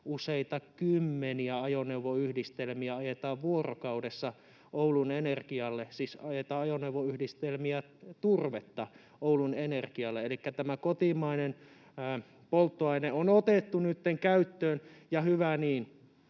useita kymmeniä ajoneuvoyhdistelmiä ajetaan vuorokaudessa Oulun Energialle, siis ajetaan ajoneuvoyhdistelmiä turvetta Oulun Energialle. Elikkä tämä kotimainen polttoaine on otettu nytten käyttöön, ja hyvä niin.